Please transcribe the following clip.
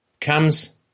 comes